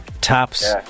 Taps